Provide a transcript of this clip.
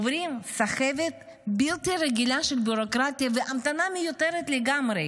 עוברים סחבת בלתי רגילה של ביורוקרטיה והמתנה מיותרת לגמרי.